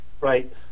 Right